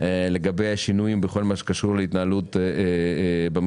לגבי השינויים בכל מה שקשור להתנהלות במכרזים,